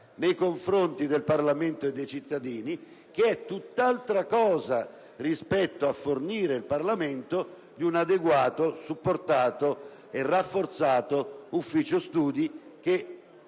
nei confronti del Parlamento e dei cittadini, che è tutt'altra cosa rispetto a fornire il Parlamento di un adeguato, supportato e rafforzato ufficio studi che